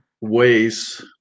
ways